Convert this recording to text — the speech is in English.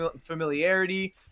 familiarity